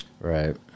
Right